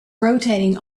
rotating